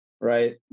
Right